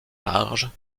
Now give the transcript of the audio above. larges